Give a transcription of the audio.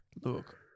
Look